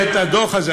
הדוח הזה,